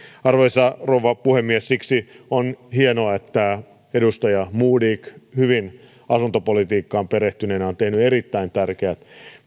arvoisa rouva puhemies siksi on hienoa että edustaja modig hyvin asuntopolitiikkaan perehtyneenä on tehnyt erittäin tärkeät